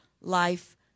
life